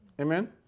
Amen